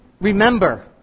remember